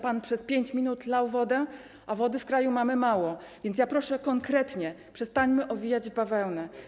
Pan przez 5 minut lał wodę, a wody w kraju mamy mało, więc ja proszę: konkretnie, przestańmy owijać w bawełnę.